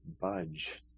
budge